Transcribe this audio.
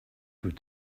good